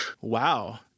Wow